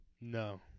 No